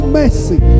mercy